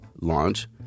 launch